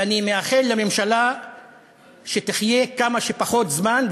ואני מאחל לממשלה שתחיה כמה שפחות זמן,